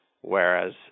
whereas